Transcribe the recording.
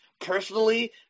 personally